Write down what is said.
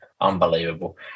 Unbelievable